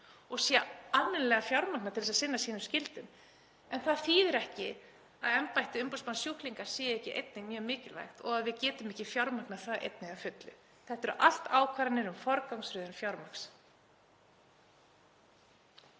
og sé almennilega fjármagnað til að það geti sinnt sínum skyldum. En það þýðir ekki að embætti umboðsmanns sjúklinga sé ekki einnig mjög mikilvægt og að við getum ekki fjármagnað það einnig að fullu. Þetta eru allt ákvarðanir um forgangsröðun fjármagns.